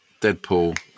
Deadpool